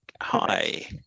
Hi